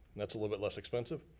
that's a little bit less expensive.